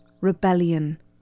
Rebellion